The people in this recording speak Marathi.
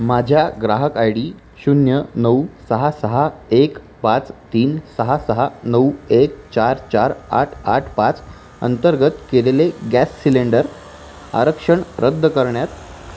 माझ्या ग्राहक आय डी शून्य नऊ सहा सहा एक पाच तीन सहा सहा नऊ एक चार चार आठ आठ पाच अंतर्गत केलेले गॅस सिलेंडर आरक्षण रद्द करण्यात